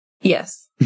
Yes